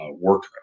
work